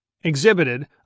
exhibited